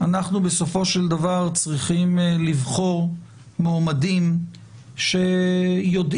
אנחנו בסופו של דבר צריכים לבחור מועמדים שיודעים